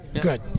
Good